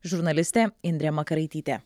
žurnalistė indrė makaraitytė